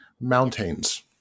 mountains